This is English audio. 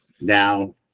Now